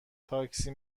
تاکسی